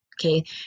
okay